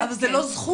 אבל זו לא זכות.